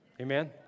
Amen